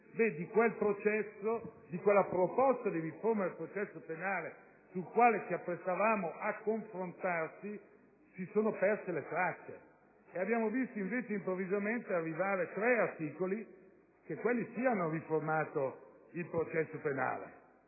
di quella proposta di riforma del processo penale, sulla quale ci apprestavamo a confrontarci, si sono perse le tracce. Abbiamo invece visto arrivare improvvisamente tre articoli, e quelli sì hanno riformato il processo penale;